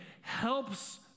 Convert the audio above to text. helps